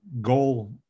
goal